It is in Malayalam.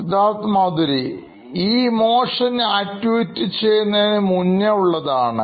Siddharth Maturi CEO Knoin Electronics ഈ ഇമോഷൻആക്ടിവിറ്റി ചെയ്യുന്നതിന് മുന്നേ ഉള്ളതാണ്